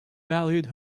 valued